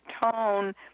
tone